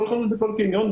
בכל חנות בכל קניון,